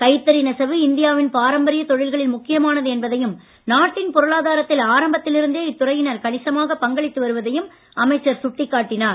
கைத்தறி நெசவு இந்தியாவின் பாரம்பரிய தொழில்களில் முக்கியமானது என்பதையும் நாட்டின் பொருளாதாரத்தில் ஆரம்பத்தில் இருந்தே இத்துறையினர் கணிசமாகப் பங்களித்து வருவதையும் அமைச்சர் சுட்டிக் காட்டினார்